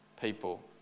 people